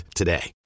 today